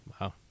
Wow